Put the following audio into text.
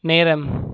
நேரம்